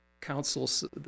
councils